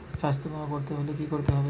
স্বাস্থ্যবীমা করতে হলে কি করতে হবে?